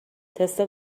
تست